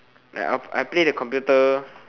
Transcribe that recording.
like I'll I'll play the computer